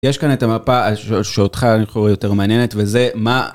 יש כאן את המפה שאותך אני חושב יותר מעניינת, וזה מה...